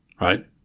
right